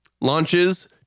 launches